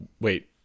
Wait